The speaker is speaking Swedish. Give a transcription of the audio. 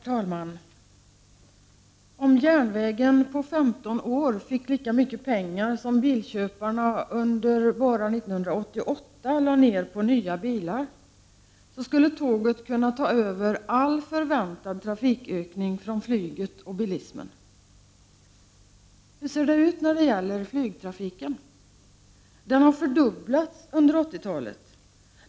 Herr talman! Om järnvägen på 15 år fick lika mycket pengar som bilköparna enbart under 1988 lade ner på nya bilar skulle tåget kunna ta över all förväntad trafikökning från flyget och bilismen. Hur ser det ut när det gäller flygtrafiken? Den har fördubblats under 80 talet.